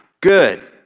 good